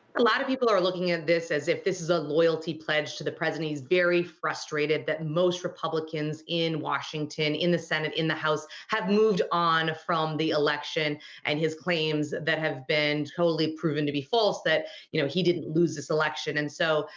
a lot of people are looking at this as if this is a loyalty pledge to the president. he's very frustrated that most republicans in washington, in the senate, in the house have moved on from the election and his claims that have been totally proven to be false that you know he didn't lose this election. and so,